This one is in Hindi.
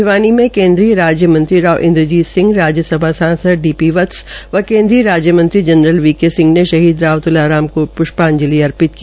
भिवानी में केन्द्रीय राज्य मंत्री राव इंद्रजीत सिंह राज्य सभा सांसद डी पी वत्स व केन्द्रीय राज मंत्री जनरल वी के सिंह ने शहीद तुलाराम को पुष्पाजंलि अर्पित की